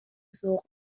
ذوق